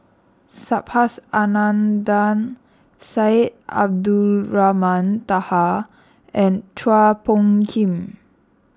Subhas Anandan Syed Abdulrahman Taha and Chua Phung Kim